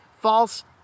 false